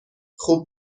خوب